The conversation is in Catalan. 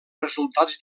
resultats